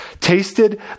tasted